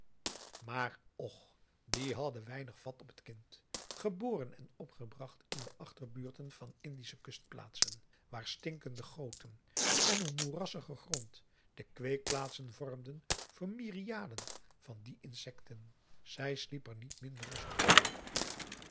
maar och die hadden weinig vat op het kind geboren en opgebracht in de achterbuurten van indische kustplaatsen waar stinkende goten en een moerassige grond de kweekplaatsen vormden voor myriaden van die insecten zij sliep er niet minder rustig om